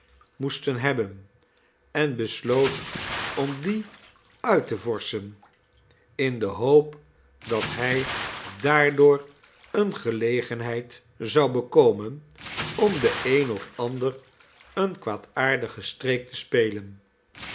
moesten hebben en besloot om die uit te vorschen in de hoop dat hij daardoor eene gelegenheid zou bekomen om den een of ander een kwaadaardigen streek te spelen